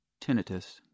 tinnitus